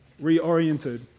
reoriented